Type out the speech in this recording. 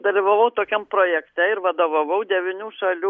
dalyvavau tokiam projekte ir vadovavau devynių šalių